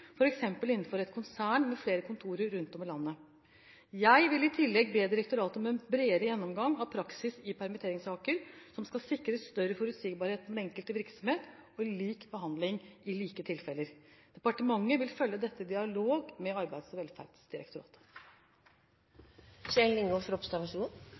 innenfor et konsern med flere kontorer rundt om i landet. Jeg vil i tillegg be direktoratet om en bredere gjennomgang av praksis i permitteringssaker som skal sikre større forutsigbarhet for den enkelte virksomhet og lik behandling i like tilfeller. Departementet vil følge dette i dialog med Arbeids- og